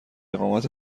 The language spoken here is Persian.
اقامت